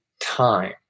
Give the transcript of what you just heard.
time